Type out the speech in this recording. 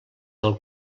del